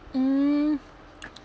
mm